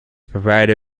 provided